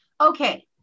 Okay